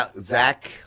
Zach